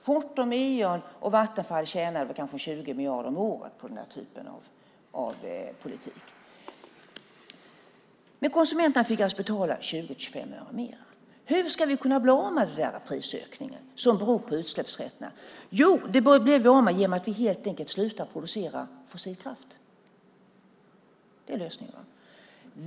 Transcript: Fortum, Eon och Vattenfall tjänar kanske 20 miljarder om året på den här typen av politik. Men konsumenterna fick alltså betala 20-25 öre mer. Hur ska vi kunna bli av med den prisökning som beror på utsläppsrätterna? Jo, den blir vi av med genom att helt enkelt sluta producera fossilkraft. Det är lösningen.